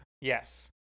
Yes